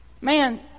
man